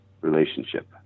relationship